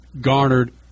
garnered